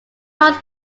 holds